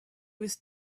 was